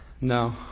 No